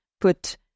put